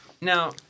Now